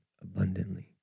abundantly